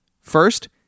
First